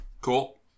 Cool